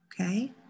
Okay